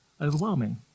overwhelming